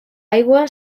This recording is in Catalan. aigua